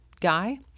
guy